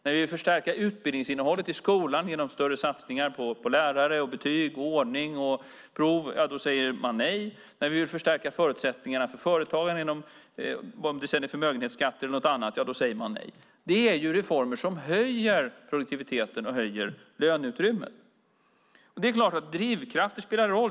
När vi vill förstärka utbildningsinnehållet i skolan genom större satsningar på lärare, betyg, ordning och prov säger man nej. När vi vill förstärka förutsättningarna för företagen, om det sedan är förmögenhetsskatter eller något annat, säger man nej. Det är reformer som höjer produktiviteten och löneutrymmet. Drivkrafter spelar roll.